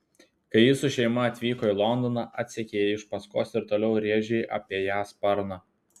kai ji su šeima atvyko į londoną atsekei iš paskos ir toliau rėžei apie ją sparną